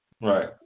Right